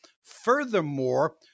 Furthermore